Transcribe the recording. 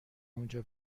اونجا